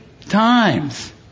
times